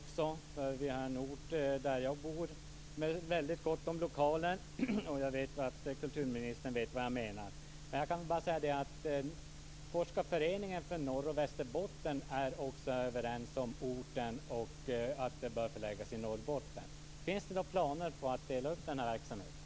På den ort där jag bor har vi väldigt gott om lokaler. Jag vet att kulturministern vet vad jag menar. Också forskarföreningen för Norr och Västerbotten är överens om orten och att arkivet bör förläggas till Norrbotten. Finns det några planer på att dela upp den här verksamheten?